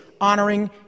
honoring